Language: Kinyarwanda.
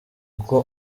uko